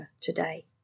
today